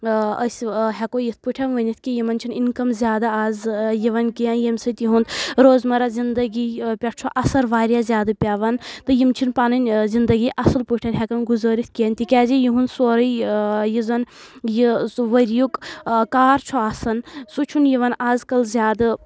أسۍ ہؠکو یِتھ پٲٹھۍ ؤنِتھ کہِ یِمَن چھےٚ نہٕ اِنکَم زیادٕ اَز یِوان کینٛہہ ییٚمہِ سۭتۍ یِہُنٛد روزمَرا زِندگی پؠٹھ چھُ اَثر واریاہ زیادٕ پؠوان تہٕ یِم چھِنہٕ پَنٕنۍ زندگی اَصٕل پٲٹھۍ ہؠکان گُزٲرِتھ کینٛہہ تِکیازِ یِہُنٛد سورُے یُس زَن یہِ سُہ ؤریُک کار چھُ آسان سُہ چھُنہٕ یِوان آز کَل زیادٕ